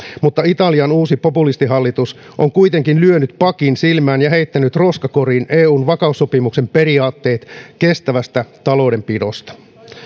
mutta italian uusi populistihallitus on kuitenkin lyönyt pakin silmään ja heittänyt roskakoriin eun vakaussopimuksen periaatteet kestävästä taloudenpidosta